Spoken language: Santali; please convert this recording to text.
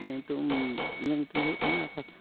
ᱤᱧᱟᱹᱜ ᱧᱩᱛᱩᱢ ᱤᱧᱟᱹᱜ ᱧᱩᱛᱩᱢ ᱫᱚ ᱦᱩᱭᱩᱜ ᱠᱟᱱᱟ ᱟᱠᱟᱥ